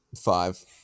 Five